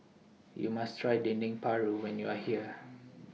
YOU must Try Dendeng Paru when YOU Are here